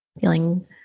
feeling